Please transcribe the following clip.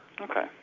Okay